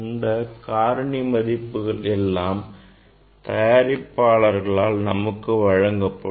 இந்த காரணி மதிப்புகள் எல்லாம் தயாரிப்பாளரால் நமக்கு வழங்கப்படும்